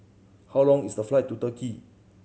how long is the flight to Turkey